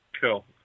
Cool